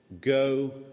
go